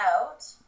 out